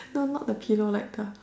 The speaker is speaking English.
no not the pillow like the